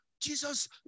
Jesus